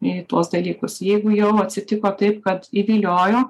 į tuos dalykus jeigu jau atsitiko taip kad įviliojo